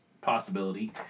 possibility